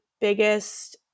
biggest